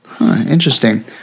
Interesting